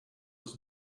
was